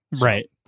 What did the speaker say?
Right